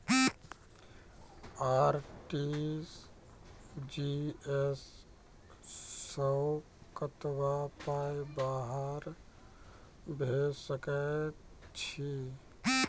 RTGS सअ कतबा पाय बाहर भेज सकैत छी?